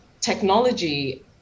technology